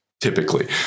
typically